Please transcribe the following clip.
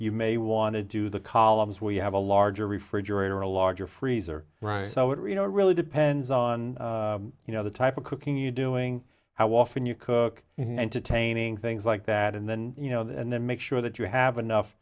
you may want to do the columns we have a larger refrigerator or a larger freezer so if you know it really depends on you know the type of cooking you doing how often you cook entertaining things like that and then you know and then make sure that you have enough